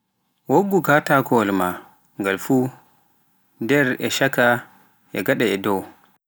woggu katakowalla ma semɓe dow, shaaaka e nder.